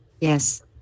Yes